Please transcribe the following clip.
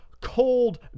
cold